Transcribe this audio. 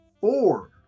four